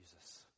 Jesus